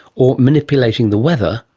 or manipulating the weather,